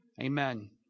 amen